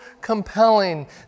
compelling